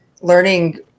learning